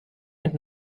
mit